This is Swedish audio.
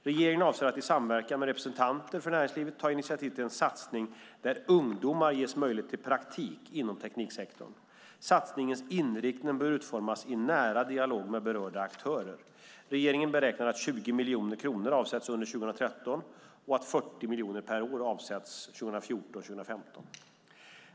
Regeringen avser att i samverkan med representanter för näringslivet ta initiativ till en satsning där ungdomar ges möjlighet till praktik inom tekniksektorn. Satsningens inriktning bör utformas i nära dialog med berörda aktörer. Regeringen beräknar att 20 miljoner kronor avsätts under 2013 och att 40 miljoner kronor avsätts per år 2014 och 2015.